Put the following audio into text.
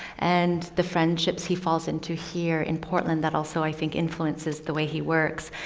and the friendships he falls into here in portland that also i think, influences the way he works.